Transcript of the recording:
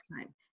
time